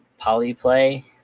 Polyplay